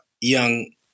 young